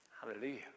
Hallelujah